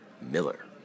Miller